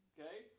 Okay